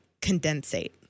condensate